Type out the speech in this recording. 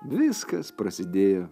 viskas prasidėjo